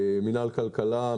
מינהל כלכלה,